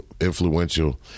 influential